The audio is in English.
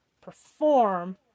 perform